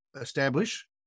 establish